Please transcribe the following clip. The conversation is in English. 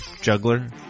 juggler